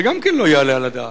זה גם כן לא יעלה על הדעת.